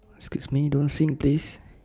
ah excuse me don't sing please